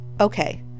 Okay